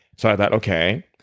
so i thought okay.